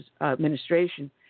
administration